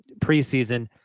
preseason